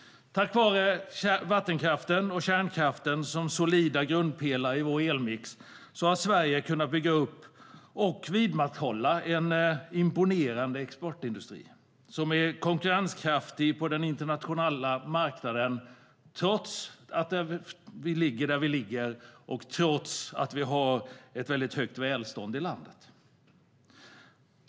Tack vare vattenkraften och kärnkraften som solida grundpelare i vår elmix har Sverige kunnat bygga upp och vidmakthålla en imponerande exportindustri som är konkurrenskraftig på den internationella marknaden, trots vårt geografiska läge och att vi har ett väldigt högt välstånd i landet.